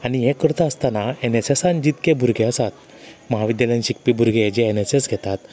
आनी हें करता आसतना एन एस एसान जितके भुरगें आसात महाविद्यालयान शिकपी भुरगें जें एन एस एस घेतात